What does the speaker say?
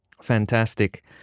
Fantastic